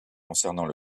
concernant